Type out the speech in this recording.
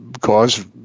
cause